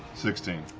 sixteen.